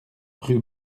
rue